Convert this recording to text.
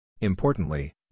Importantly